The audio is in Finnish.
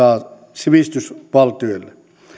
sivistysvaltioille